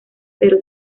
pero